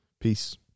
peace